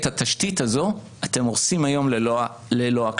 את התשתית הזו אתם הורסים היום ללא הקשבה.